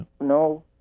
no